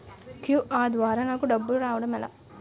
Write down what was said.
QR ద్వారా నాకు డబ్బులు రావడం ఎలా?